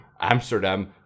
Amsterdam